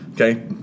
okay